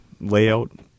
layout